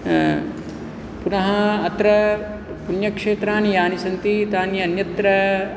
पुनः अत्र पुण्यक्षेत्राणि यानि सन्ति तानि अन्यत्र